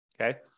okay